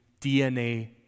DNA